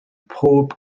pob